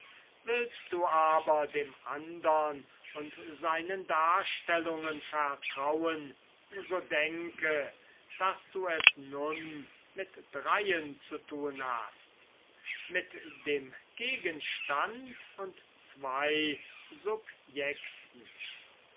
willst du aber dem andern und seinen darstellungen vertrauen so denke daß du es nun mit dreien zu tun hast mit dem gegenstand und zwei